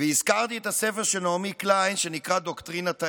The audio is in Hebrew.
והזכרתי את הספר של נעמי קליין שנקרא "דוקטרינת ההלם",